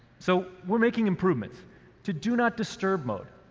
so we're making improvements to do not disturb mode,